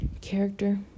character